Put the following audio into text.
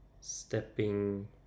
stepping